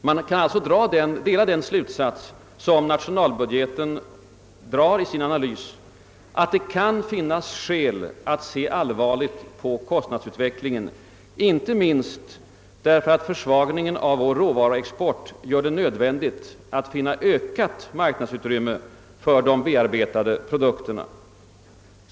Man kan alltså dra den slutsats som dras i nationalbudgetens analys, nämligen att det kan finnas skäl att se allvarligt på kostnadsutvecklingen, inte minst därför att försvagningen av vår råvaruexport gör det nödvändigt att finna ökat marknadsutrymme för bearbetade produkter.